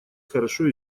хорошо